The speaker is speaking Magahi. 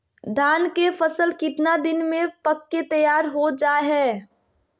धान के फसल कितना दिन में पक के तैयार हो जा हाय?